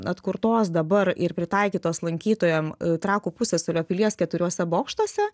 atkurtos dabar ir pritaikytos lankytojam trakų pusiasalio pilies keturiuose bokštuose